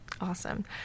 Awesome